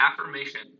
affirmation